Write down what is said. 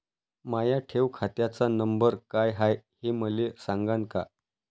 माया ठेव खात्याचा नंबर काय हाय हे मले सांगान का?